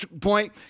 point